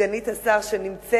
סגנית השר שנמצאת,